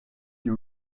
you